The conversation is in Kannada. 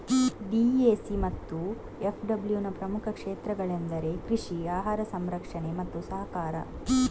ಡಿ.ಎ.ಸಿ ಮತ್ತು ಎಫ್.ಡಬ್ಲ್ಯೂನ ಪ್ರಮುಖ ಕ್ಷೇತ್ರಗಳೆಂದರೆ ಕೃಷಿ, ಆಹಾರ ಸಂರಕ್ಷಣೆ ಮತ್ತು ಸಹಕಾರ